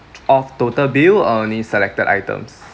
off total bill or only selected items